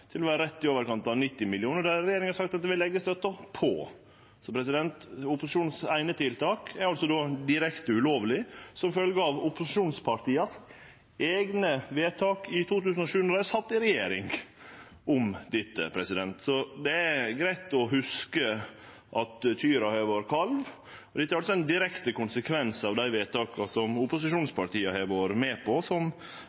til å vere rett i overkant av 90 mill. kr, og det har regjeringa sagt at vi vil leggje støtta på. Opposisjonens eine tiltak er altså då direkte ulovleg som følgje av opposisjonspartias eigne vedtak i 2007 om dette, då dei sat i regjering. Det er greitt å hugse at kua har vore kalv, og dette er altså ein direkte konsekvens av dei vedtaka som